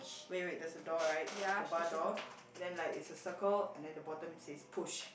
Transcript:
wait wait there's a door right the bar door and then like it's a circle and then the bottom says push